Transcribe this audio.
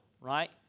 right